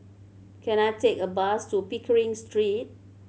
can I take a bus to Pickering Street